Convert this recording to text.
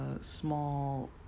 small